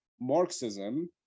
Marxism